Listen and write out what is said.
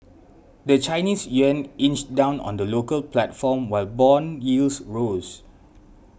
the Chinese yuan inched down on the local platform while bond yields rose